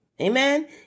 Amen